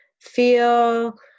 feel